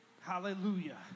Hallelujah